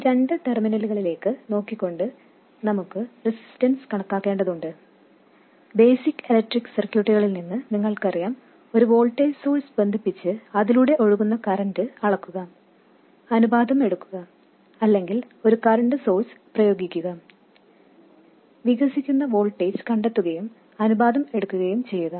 ഈ രണ്ട് ടെർമിനലുകളിലേക്ക് നോക്കിക്കൊണ്ട് നമുക്ക് റെസിസ്റ്റൻസ് കണക്കാക്കേണ്ടതുണ്ട് ബേസിക് എലക്ട്രിക് സർക്യൂട്ടുകളിൽ നിന്ന് നിങ്ങൾക്കറിയാം ഒരു വോൾട്ടേജ് സോഴ്സ് ബന്ധിപ്പിച്ച് അതിലൂടെ ഒഴുകുന്ന കറൻറ് അളക്കുക അനുപാതം എടുക്കുക അല്ലെങ്കിൽ ഒരു കറന്റ് സോഴ്സ് പ്രയോഗിക്കുക വികസിക്കുന്ന വോൾട്ടേജ് കണ്ടെത്തുകയും അനുപാതം എടുക്കുകയും ചെയ്യുക